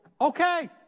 okay